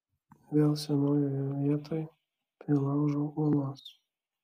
vėl senojoje vietoj prie laužo uolos